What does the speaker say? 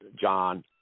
john